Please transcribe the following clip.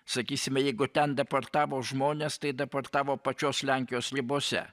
sakysime jeigu ten deportavo žmones deportavo pačios lenkijos ribose